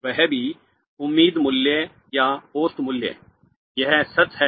वह भी उम्मीद मूल्य या औसत मूल्य यह सच है